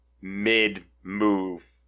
mid-move